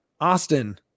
Austin